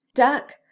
duck